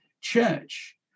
church